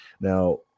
now